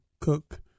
cook